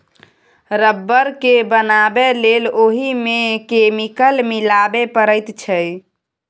rubber केँ बनाबै लेल ओहि मे केमिकल मिलाबे परैत छै